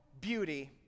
beauty